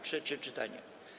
Trzecie czytanie.